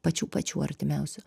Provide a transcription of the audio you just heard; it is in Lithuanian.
pačių pačių artimiausių